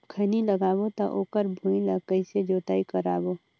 खैनी लगाबो ता ओकर भुईं ला कइसे जोताई करबो?